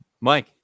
Mike